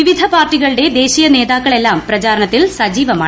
വിവിധ പാർട്ടികളുടെ ദേശീയ നേതാക്കളെല്ലാം പ്രചാരണത്തിൽ സജീവമാണ്